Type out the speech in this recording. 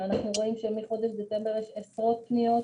אנחנו רואים שמחודש דצמבר יש עשרות פניות